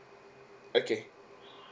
okay